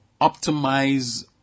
optimize